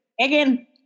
again